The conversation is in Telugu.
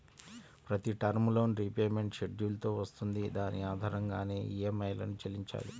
ప్రతి టర్మ్ లోన్ రీపేమెంట్ షెడ్యూల్ తో వస్తుంది దాని ఆధారంగానే ఈఎంఐలను చెల్లించాలి